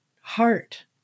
heart